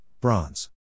bronze